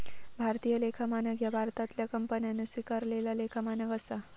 भारतीय लेखा मानक ह्या भारतातल्या कंपन्यांन स्वीकारलेला लेखा मानक असा